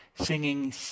singing